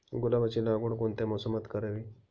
गुलाबाची लागवड कोणत्या मोसमात करावी?